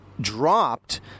dropped